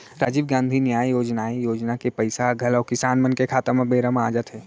राजीव गांधी न्याय योजनाए योजना के पइसा ह घलौ किसान मन के खाता म बेरा म आ जाथे